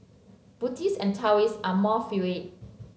Buddhists and Taoists are more fluid